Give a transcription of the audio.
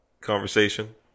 conversation